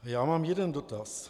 Já mám jeden dotaz.